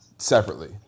Separately